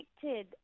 connected